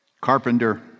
carpenter